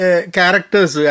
Characters